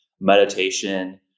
meditation